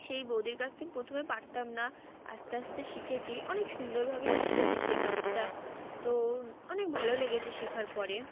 সেই বৌদির কাজটা প্রথমে পারতাম না আস্তে আস্তে শিখেছি অনেক সুন্দরভাবেই শিখেছি সেই কাজটা তো অনেক ভালো লেগেছে শেখার পরে